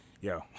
yo